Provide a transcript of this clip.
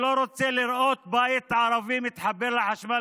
שלא רוצה לראות בית ערבי מתחבר לחשמל,